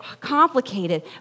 complicated